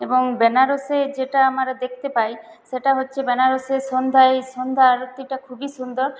এবং বেনারসে যেটা আমরা দেখতে পাই সেটা হচ্ছে বেনারসের সন্ধ্যায় সন্ধ্যা আরতিটা খুবই সুন্দর